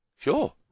Sure